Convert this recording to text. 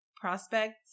prospects